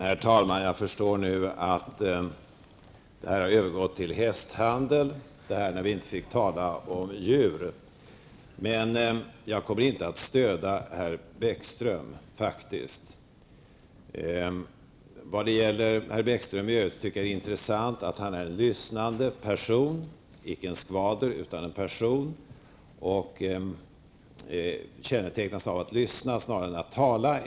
Herr talman! Jag förstår nu att det har övergått till hästhandel när vi nu inte fick tala om djur. Men jag kommer faktiskt inte att stödja herr Bäckström. Vad i övrigt gäller herr Bäckström, tycker jag det är intressant att han är en lyssnande person -- icke en skvader, utan en person -- vars kännetecken är att han lyssnar snarare än att han talar.